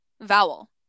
vowel